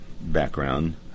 background